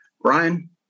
brian